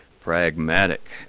pragmatic